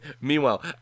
meanwhile